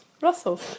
Russell